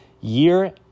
year